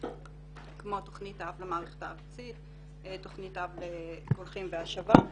כמו תוכנית אב למערכת הארצית ותוכנית אב לקולחין והשבה.